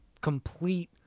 complete